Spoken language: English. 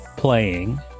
Playing